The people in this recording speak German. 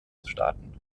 staaten